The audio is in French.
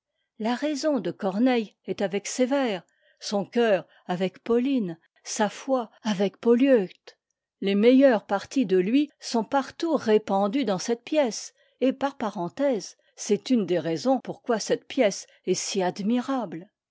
la raison de corneille est avec sévère son cœur avec pauline sa foi avec polyeucte les meilleures parties de lui sont partout répandues dans cette pièce et par parenthèse c'est une des raisons pourquoi cette pièce est si admirable